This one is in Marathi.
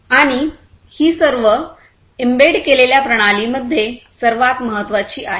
आणि ही सर्व एम्बेड केलेल्या प्रणालींपैकी सर्वात महत्वाची आहे